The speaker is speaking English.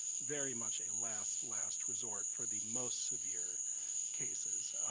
very much a last, last resort for the most severe cases.